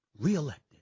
re-elected